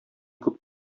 күп